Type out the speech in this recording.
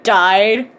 died